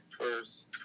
first